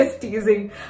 teasing